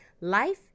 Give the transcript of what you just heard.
Life